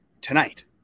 tonight